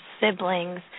siblings